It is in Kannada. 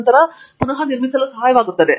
ಪ್ರೊಫೆಸರ್ ಆಂಡ್ರ್ಯೂ ಥಂಗರಾಜ್ ಹೌದು